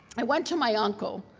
i went to my uncle,